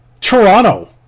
Toronto